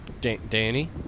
Danny